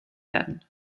werden